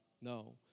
No